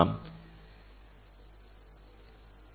V x is E by B z equal to V D E is V by D